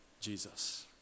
Jesus